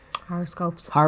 horoscopes